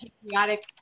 patriotic